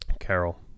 Carol